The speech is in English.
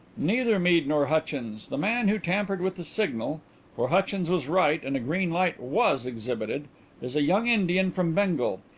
neither mead nor hutchins. the man who tampered with the signal for hutchins was right and a green light was exhibited is a young indian from bengal.